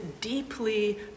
deeply